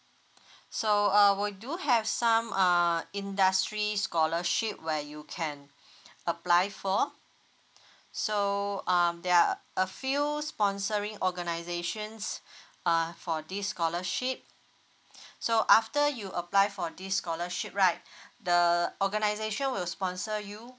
so uh we do have some uh industry scholarship where you can apply for so um there are a few sponsoring organizations err for this scholarship so after you apply for this scholarship right the organization will sponsor you